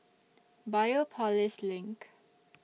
Biopolis LINK